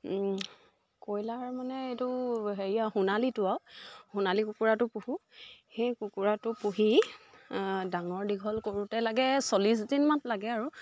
কয়লাৰ মানে এইটো হেৰিয়া সোণালীটো আৰু সোণালী কুকুৰাটো পোহোঁ সেই কুকুৰাটো পুহি ডাঙৰ দীঘল কৰোঁতে লাগে চল্লিছ দিনমান লাগে আৰু